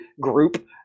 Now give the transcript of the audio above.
Group